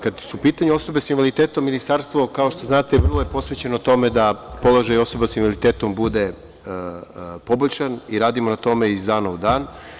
Kada su u pitanju osobe sa invaliditetom, Ministarstvo, kao što znate, vrlo je posvećeno tome da položaj osoba sa invaliditetom bude poboljšan i radimo na tome iz dana u dan.